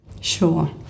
Sure